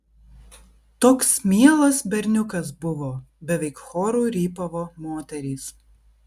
toks mielas berniukas buvo beveik choru rypavo moterys